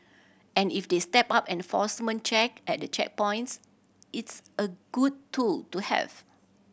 and if they step up enforcement check at the checkpoints it's a good tool to have